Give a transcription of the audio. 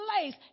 place